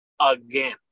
again